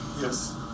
Yes